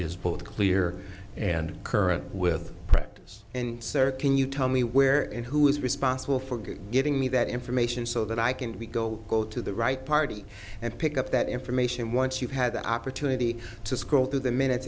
is both clear and current with practice and sir can you tell me where and who is responsible for getting me that information so that i can be go go to the right party and pick up that information once you've had the opportunity to scroll through the minutes